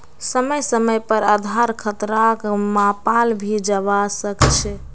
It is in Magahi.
समय समय पर आधार खतराक मापाल भी जवा सक छे